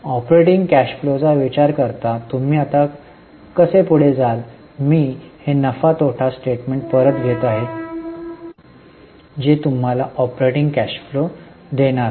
operating cash फ्लोचा विचार करता तुम्ही आता कसे पुढे जाल मी हे नफा आणि तोटा स्टेटमेंट परत घेत आहे जे तुम्हाला ऑपरेटिंग कॅश फ्लो देणार आहे